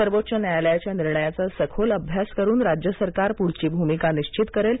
सर्वोच्च न्यायालयाच्या निर्णयाचा सखोल अभ्यास करून राज्य सरकार प्रढची भूमिका निश्चित करेल